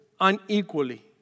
unequally